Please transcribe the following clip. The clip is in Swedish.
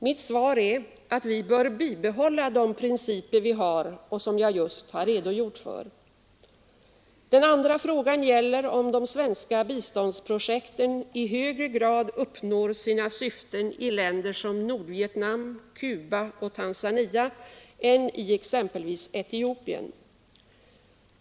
Mitt svar är att vi bör bibehålla de principer vi har och som jag just redogjort för. Ang. principerna Den andra frågan gäller om de svenska biståndsprojekten i högre grad = för svensk biståndsuppnår sina direkta syften i länder som Nordvietnam, Cuba och Tanzania = politik än i exempelvis Etiopien.